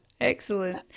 excellent